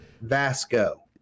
Vasco